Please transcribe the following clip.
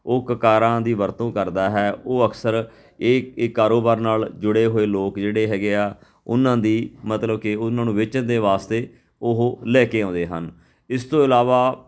ਉਹ ਕਕਾਰਾਂ ਦੀ ਵਰਤੋਂ ਕਰਦਾ ਹੈ ਉਹ ਅਕਸਰ ਇਹ ਇਹ ਕਾਰੋਬਾਰ ਨਾਲ ਜੁੜੇ ਹੋਏ ਲੋਕ ਜਿਹੜੇ ਹੈਗੇ ਆ ਉਹਨਾਂ ਦੀ ਮਤਲਬ ਕਿ ਉਹਨਾਂ ਨੂੰ ਵੇਚਣ ਦੇ ਵਾਸਤੇ ਉਹ ਲੈ ਕੇ ਆਉਂਦੇ ਹਨ ਇਸ ਤੋਂ ਇਲਾਵਾ